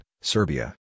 Serbia